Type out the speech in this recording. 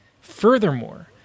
furthermore